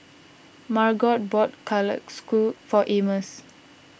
Margot bought for Amos